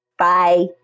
Bye